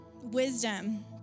wisdom